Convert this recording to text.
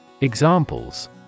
Examples